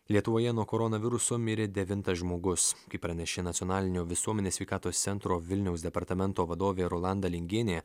lietuvoje nuo koronaviruso mirė devintas žmogus kaip pranešė nacionalinio visuomenės sveikatos centro vilniaus departamento vadovė rolanda lingienė